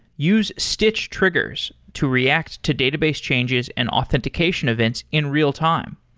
use stitch triggers to react to database changes and authentication events in real time.